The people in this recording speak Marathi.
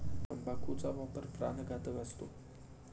तंबाखूचा वापर प्राणघातक असतो